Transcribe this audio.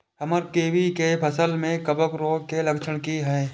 हमर कोबी के फसल में कवक रोग के लक्षण की हय?